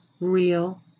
real